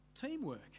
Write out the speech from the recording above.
teamwork